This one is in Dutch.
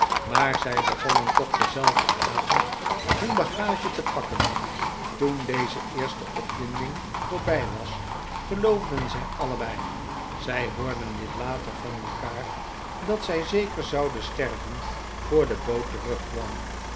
maar zij begonnen toch denzelfden avond hun bagage te pakken toen deze eerste opwinding voorbij was geloofden zij allebei zij hoorden dit later van elkaar dat zij zeker zouden sterven voor de boot terugkwam